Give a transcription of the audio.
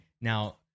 Now